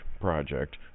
project